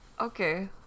Okay